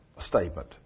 statement